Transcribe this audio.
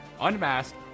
Unmasked